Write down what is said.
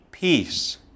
Peace